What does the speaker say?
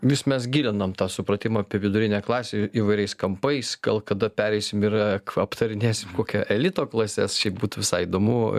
vis mes gilinam tą supratimą apie vidurinę klasę įvairiais kampais gal kada pereisim ir aptarinėsim kokia elito klases šiaip būtų visai įdomu